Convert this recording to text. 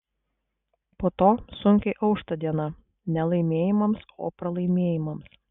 po to sunkiai aušta diena ne laimėjimams o pralaimėjimams